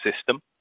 system